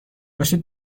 باشید